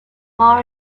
marr